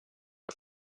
are